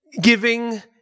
giving